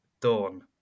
Dawn